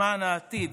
למען העתיד,